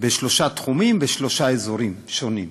בשלושה תחומים, בשלושה אזורים שונים.